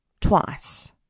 twice